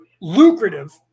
lucrative